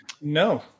no